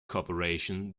corporation